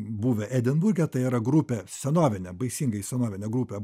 buvę edinburge tai yra grupė senovinė baisingai senovinė grupė